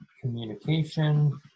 Communication